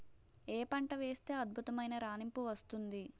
ఏ పంట వేస్తే అద్భుతమైన రాణింపు వస్తుంది?